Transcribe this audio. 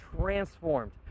transformed